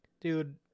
Dude